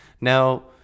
Now